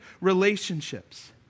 relationships